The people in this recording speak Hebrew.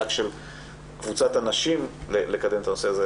שמבינים שזה לא הביזנס הפרטי רק של קבוצת הנשים לקדם את הנושא הזה,